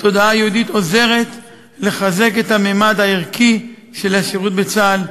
התודעה היהודית עוזרת לחזק את הממד הערכי של השירות בצה"ל,